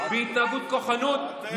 בהתנהגות כוחנית,